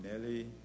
Nelly